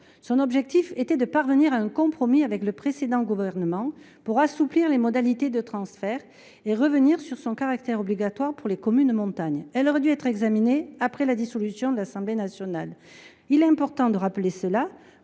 Son objectif était de parvenir à un compromis avec le précédent gouvernement pour assouplir les modalités du transfert des compétences et revenir sur son caractère obligatoire pour les communes de montagne. Le texte aurait dû être examiné après la dissolution de l’Assemblée nationale : il est important de le rappeler pour